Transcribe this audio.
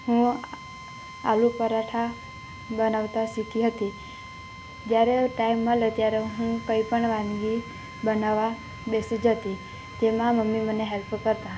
હું આલુ પરાઠા બનાવતા શીખી હતી જ્યારે ટાઈમ મળે ત્યારે હું કઈ પણ વાનગી બનાવા બેસી જતી તેમા મમ્મી મને હેલ્પ કરતાં